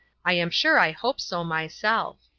i am sure i hope so myself.